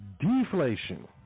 deflation